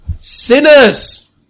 Sinners